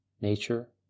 nature